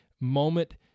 moment